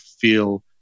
feel